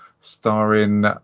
starring